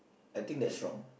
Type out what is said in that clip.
I think that's wrong